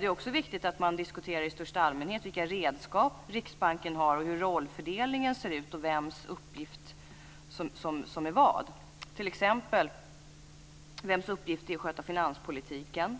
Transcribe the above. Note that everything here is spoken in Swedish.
Det är också viktigt att man i största allmänhet diskuterar vilka redskap Riksbanken har, hur rollfördelningen ser ut och vad som är vems uppgift. Det gäller t.ex. vems uppgift det är att sköta finanspolitiken,